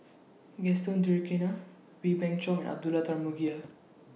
Gaston Wee Beng Chong and Abdullah Tarmugi